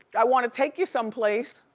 i wanna take you someplace.